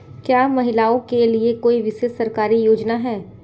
क्या महिलाओं के लिए कोई विशेष सरकारी योजना है?